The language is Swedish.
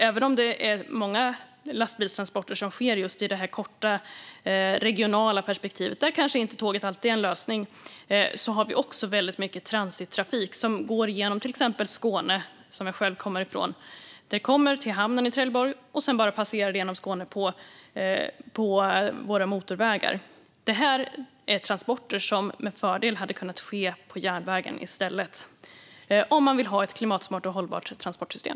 Även om det är många lastbilstransporter som sker i det korta, regionala perspektivet, där tåget kanske inte alltid är en lösning, finns det också väldigt mycket transittrafik som går genom till exempel Skåne, som jag själv kommer från. Trafiken kommer till hamnen i Trelleborg och passerar sedan genom Skåne på våra motorvägar. Det här är transporter som med fördel hade kunnat ske på järnväg i stället, om man vill ha ett klimatsmart och hållbart transportsystem.